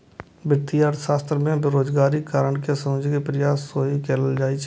वित्तीय अर्थशास्त्र मे बेरोजगारीक कारण कें समझे के प्रयास सेहो कैल जाइ छै